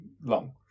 long